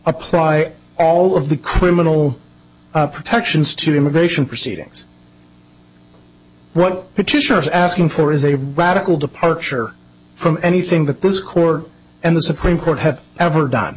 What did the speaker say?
apply all of the criminal protections to immigration proceedings what petitioners asking for is a radical departure from anything that this court and the supreme court have ever done